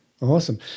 Awesome